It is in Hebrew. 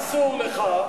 אסור לך.